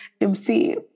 MC